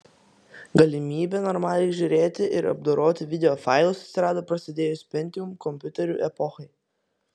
galimybė normaliai žiūrėti ir apdoroti videofailus atsirado prasidėjus pentium kompiuterių epochai